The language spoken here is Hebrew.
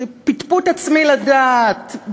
פטפוט עצמי לדעת,